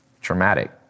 traumatic